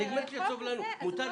סרט.